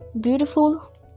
beautiful